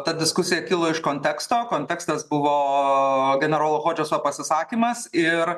ta diskusija kilo iš konteksto kontekstas buvo generolo hodžeso pasisakymas ir